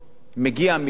מגיע מקרה,